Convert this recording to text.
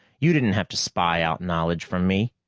you didn't have to spy out knowledge from me.